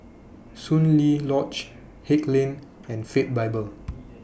Soon Lee Lodge Haig Lane and Faith Bible